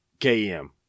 Km